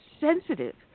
sensitive